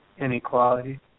inequality